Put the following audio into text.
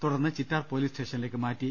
തുടർന്ന് ചിറ്റാർ പൊലീസ് സ്റ്റേഷനിലേക്ക് മാറ്റി